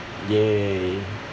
!yay!